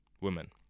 women